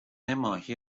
ماهی